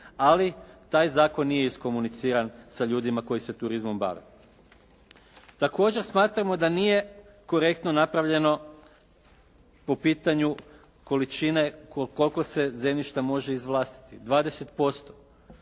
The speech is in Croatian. Ali taj zakon nije iskomuniciran sa ljudima koji se turizmom bave. Također smatramo da nije korektno napravljeno po pitanju količine koliko se zemljišta može izvlastiti, 20%.